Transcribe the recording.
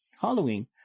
Halloween